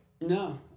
No